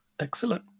excellent